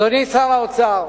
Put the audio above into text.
אדוני שר האוצר,